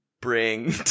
bring